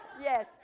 Yes